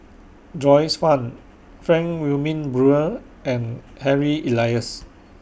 Joyce fan Frank Wilmin Brewer and Harry Elias